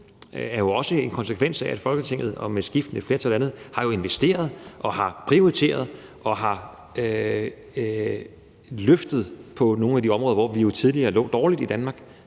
er jo også en konsekvens af, at Folketinget med skiftende flertal og andet, har investeret, prioriteret og løftet nogle af de områder, hvor vi tidligere lå dårligt i Danmark.